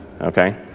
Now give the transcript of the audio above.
okay